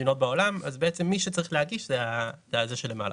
אותן 50 מדינות יהיו אוטומטית ברשימה שחורה?